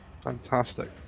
Fantastic